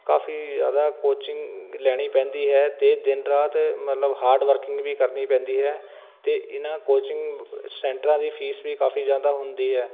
ਕਾਫੀ ਜ਼ਿਆਦਾ ਕੋਚਿੰਗ ਲੈਣੀ ਪੈਂਦੀ ਹੈ ਅਤੇ ਦਿਨ ਰਾਤ ਮਤਲਬ ਹਾਰਡ ਵਰਕਿੰਗ ਵੀ ਕਰਨੀ ਪੈਂਦੀ ਹੈ ਅਤੇ ਇਹਨਾਂ ਕੋਚਿੰਗ ਸੈਂਟਰਾਂ ਦੀ ਫੀਸ ਵੀ ਕਾਫੀ ਜ਼ਿਆਦਾ ਹੁੰਦੀ ਹੈ